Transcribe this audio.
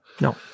no